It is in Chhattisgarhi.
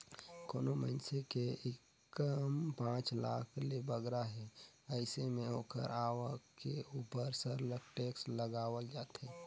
कोनो मइनसे के इनकम पांच लाख ले बगरा हे अइसे में ओकर आवक के उपर सरलग टेक्स लगावल जाथे